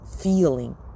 feeling